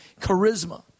charisma